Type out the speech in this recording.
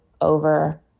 over